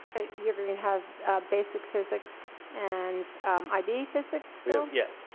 you're going to have basic physics and ib physics still? yeah.